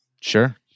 Sure